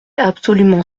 absolument